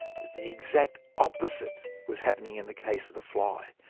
but the exact opposite was happening in the case of the fly.